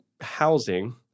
housing